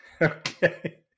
Okay